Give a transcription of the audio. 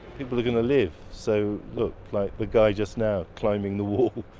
people are going to live so look like the guy just now climbing the wall,